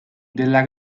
della